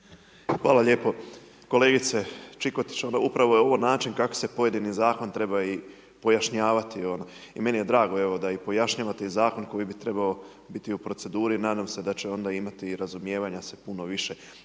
Hvala lijepo. Kolegice Čikotić, upravo je ovo način kako se pojedini Zakon treba i pojašnjavati ono, i meni je drago evo da ih pojašnjavate, Zakon koji bi trebao biti u proceduri i nadam se da će onda imati i razumijevanja se puno više,